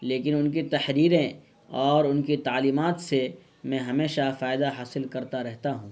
لیکن ان کی تحریریں اور ان کی تعلیمات سے میں ہمیشہ فائدہ حاصل کرتا رہتا ہوں